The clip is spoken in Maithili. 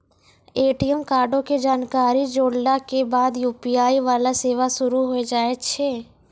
ए.टी.एम कार्डो के जानकारी जोड़ला के बाद यू.पी.आई वाला सेवा शुरू होय जाय छै